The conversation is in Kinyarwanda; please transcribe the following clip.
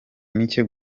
mike